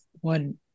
one